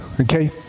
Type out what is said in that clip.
okay